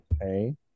hey